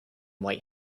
white